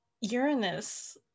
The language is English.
Uranus